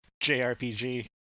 JRPG